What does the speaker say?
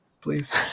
Please